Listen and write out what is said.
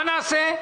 מה נעשה?